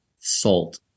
salt